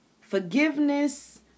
Forgiveness